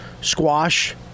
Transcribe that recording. squash